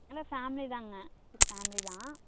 இல்லை ஃபேமிலி தாங்க ஒரு ஃபேமிலி தான்